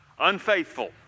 Unfaithful